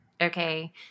Okay